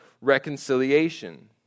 reconciliation